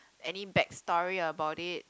any back story about it